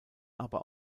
aber